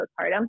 postpartum